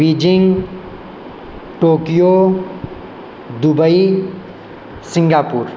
Beijing Tokyo Dubai Singapore